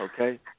okay